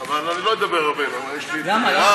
אבל אני לא אדבר הרבה, למה יש לי את, למה?